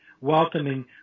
welcoming